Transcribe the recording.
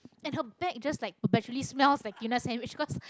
and her bag just like perpetually smells like tuna sandwich 'cause